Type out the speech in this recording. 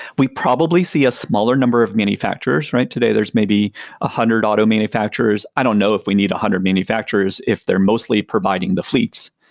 we probably see a smaller number of manufacturers, right? today there's maybe a hundred auto manufacturers. i don't know if we need a hundred manufacturers if they're mostly providing the fleets.